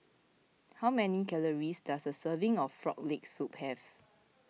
how many calories does a serving of Frog Leg Soup have